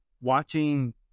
watching